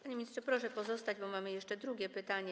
Panie ministrze, proszę pozostać, bo mamy jeszcze drugie pytanie.